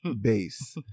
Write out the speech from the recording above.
base